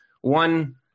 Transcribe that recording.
One